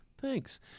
Thanks